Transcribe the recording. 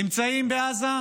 נמצאים בעזה,